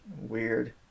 weird